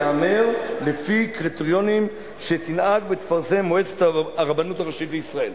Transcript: ייאמר: לפי קריטריונים שתנהג ותפרסם מועצת הרבנות הראשית לישראל.